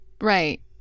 Right